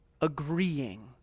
agreeing